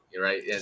right